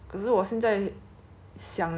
是一只 lah 可是他又这样大